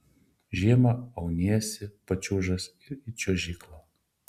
žiemą auniesi pačiūžas ir į čiuožyklą